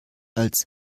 als